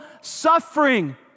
suffering